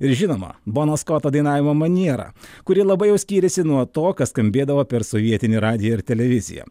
ir žinoma bono skoto dainavimo maniera kuri labai jau skyrėsi nuo to kas skambėdavo per sovietinį radiją ir televiziją